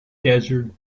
desert